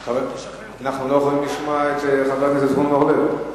אנחנו לא יכולים לשמוע את חבר הכנסת זבולון אורלב.